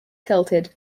tilted